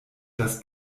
das